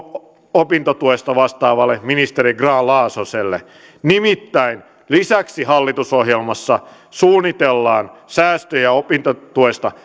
opintotuesta vastaavalle ministeri grahn laasoselle nimittäin lisäksi hallitusohjelmassa suunnitellaan säästöjä opintotuesta